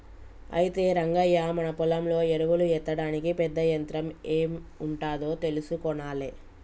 అయితే రంగయ్య మన పొలంలో ఎరువులు ఎత్తడానికి పెద్ద యంత్రం ఎం ఉంటాదో తెలుసుకొనాలే